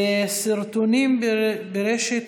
בנושא: